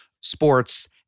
sports